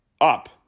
up